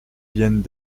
viennent